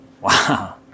Wow